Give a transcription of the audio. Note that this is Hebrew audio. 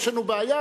יש לנו בעיה.